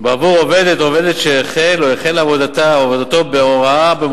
בעבור עובד או עובדת שהחל או החלה עבודתה או עבודתו במוסד